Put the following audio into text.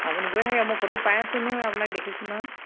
আপুনি গৈ থাকে মই ফটো পাইআছোঁ নহয় আপোনাক দেখছোঁ নহয়